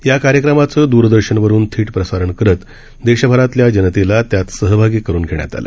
या कार्यक्रमाचं दरदर्शन वरून थेट प्रसारण करत देशभरातल्या जनतेला त्यात सहभागी करून घेण्यात आलं